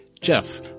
Jeff